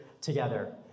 together